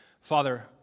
Father